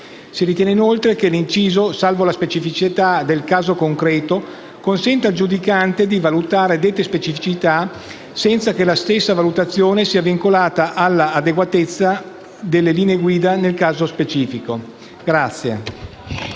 Si ritiene inoltre che l'inciso «salvo la specificità del caso concreto» consenta al giudicante di valutare dette specificità senza che la stessa valutazione sia vincolata all'adeguatezza delle linee guida nel caso specifico.